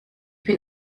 bin